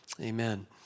Amen